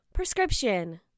Prescription